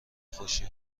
خوشی